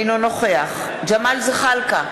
אינו נוכח ג'מאל זחאלקה,